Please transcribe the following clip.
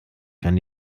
kann